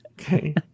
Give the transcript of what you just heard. okay